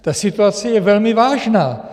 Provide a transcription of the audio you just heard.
Ta situace je velmi vážná.